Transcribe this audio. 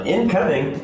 Incoming